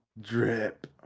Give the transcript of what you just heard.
Drip